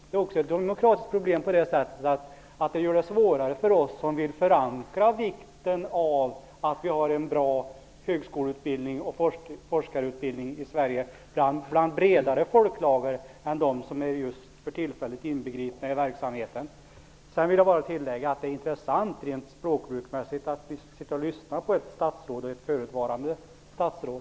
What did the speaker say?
Det är också ett demokratiskt problem på det sättet att det gör det svårare för oss som vill förankra vikten av att vi har en bra högskoleutbildning och forskarutbildning i Sverige hos bredare folklager än dem som för tillfället är inbegripna i verksamheten. Sedan vill jag bara tillägga att det är intressant rent språkbruksmässigt att sitta och lyssna på ett statsråd och ett förutvarande statsråd.